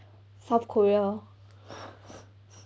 south korea